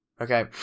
okay